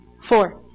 Four